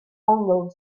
ongl